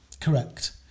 Correct